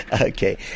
Okay